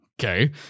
Okay